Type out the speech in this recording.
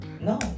No